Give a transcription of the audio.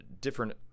different